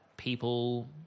people